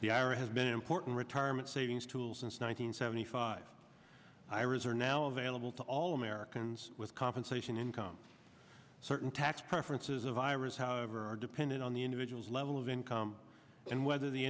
ira has been important retirement savings tools and one hundred seventy five iras are now available to all americans with compensation income certain tax preferences a virus however are dependent on the individual's level of income and whether the